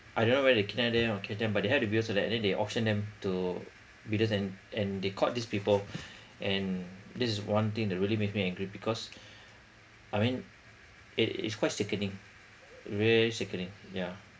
I don't know where they kidnap them or catch them but they have the bidders so then they auction them to be this and they caught these people and this is one thing that really makes me angry because I mean it it's quite sickening really sickening yeah